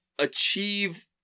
achieve